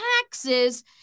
taxes